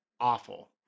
awful